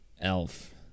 elf